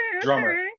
drummer